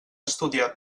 estudiar